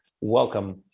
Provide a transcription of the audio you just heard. Welcome